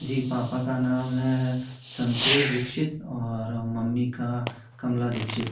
जी पापा का नाम है संतोष दीक्षित और मम्मी का कमला दीक्षित